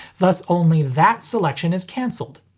thus only that selection is cancelled.